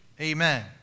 Amen